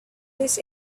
this